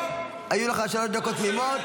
היו לך שלוש דקות תמימות,